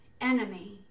enemy